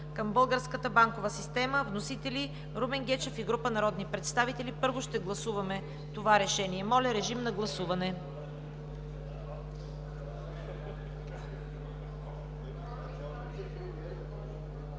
към българската банкова система.“ Вносители – Румен Гечев и група народни представители. Първо ще гласуваме този Проект за решение. Моля, режим на гласуване.